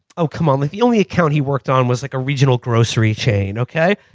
oh, come on. like the only account he worked on was like a regional grocery chain. ok,